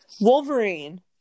Wolverine